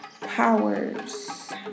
powers